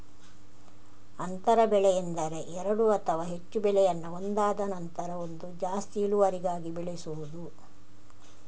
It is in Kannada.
ಅಂತರ ಬೆಳೆ ಎಂದರೆ ಎರಡು ಅಥವಾ ಹೆಚ್ಚು ಬೆಳೆಯನ್ನ ಒಂದಾದ ನಂತ್ರ ಒಂದು ಜಾಸ್ತಿ ಇಳುವರಿಗಾಗಿ ಬೆಳೆಸುದು